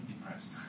depressed